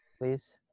Please